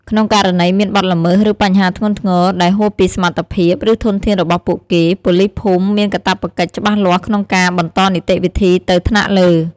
ក្នុងករណីមាន បទល្មើស ឬបញ្ហាធ្ងន់ធ្ងរ ដែលហួសពីសមត្ថភាព ឬធនធានរបស់ពួកគេ ប៉ូលីសភូមិមានកាតព្វកិច្ចច្បាស់លាស់ក្នុងការបន្តនីតិវិធីទៅថ្នាក់លើ។